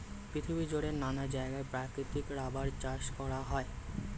পৃথিবী জুড়ে নানা জায়গায় প্রাকৃতিক রাবার চাষ করা হয়